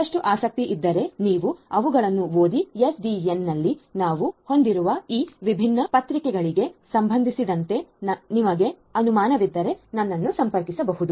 ಮತ್ತಷ್ಟು ಆಸಕ್ತಿ ಇದ್ದರೆ ನೀವು ಅವುಗಳನ್ನು ಓದಿ ಎಸ್ಡಿಎನ್ನಲ್ಲಿ ನಾವು ಹೊಂದಿರುವ ಈ ವಿಭಿನ್ನ ಪತ್ರಿಕೆಗಳಿಗೆ ಸಂಬಂಧಿಸಿದಂತೆ ನಿಮಗೆ ಅನುಮಾನವಿದ್ದರೆ ನನ್ನನ್ನು ನೀವು ಸಂಪರ್ಕಿಸಬಹುದು